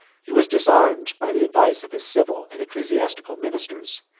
he was disarmed by the advice of his civil and ecclesiastical ministers,